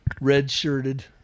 red-shirted